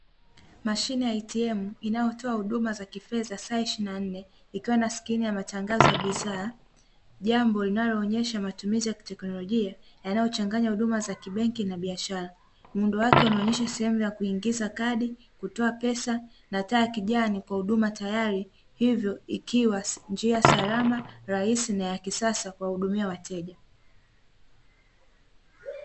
Mashine ya “ATM” inayotoa huduma za kifedha saa ishirini na nne ikiwa na skrini ya matangazo ya bidhaa, jambo linaloonyesha matumizi ya kiteknolojia yanayochanganya huduma za kibenki na biashara. Muundo wake unaonyesha sehemu ya kuingiza kadi, kutoa pesa na taa ya kijani kwa huduma tayari hivyo ikiwa njia salama, rahisi na ya kisasa kuwahudumia wateja.